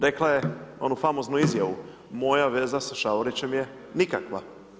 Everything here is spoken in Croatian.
Rekla je onu famoznu izjavu, moja veza sa Šavorićem je nikakva.